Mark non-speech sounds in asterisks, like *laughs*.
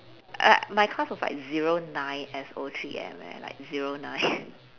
uh my course was like zero nine S O three eh I'm at like zero nine *laughs*